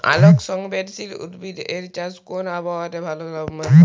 আলোক সংবেদশীল উদ্ভিদ এর চাষ কোন আবহাওয়াতে ভাল লাভবান হয়?